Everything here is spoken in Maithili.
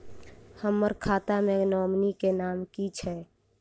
हम्मर खाता मे नॉमनी केँ नाम की छैय